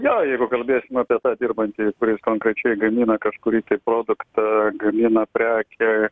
jo jeigu kalbėsim apie tą dirbantįjį kuris konkrečiai gamina kažkurį tai produktą gamina prekę